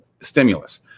stimulus